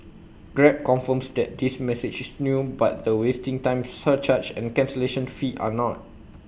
grab confirms that this message is new but the wasting time surcharge and cancellation fee are not